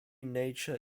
nature